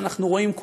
שאנחנו רואים,